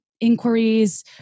inquiries